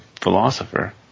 philosopher